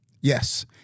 Yes